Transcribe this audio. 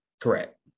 Correct